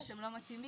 הם לא מתאימים,